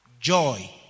Joy